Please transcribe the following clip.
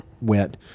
went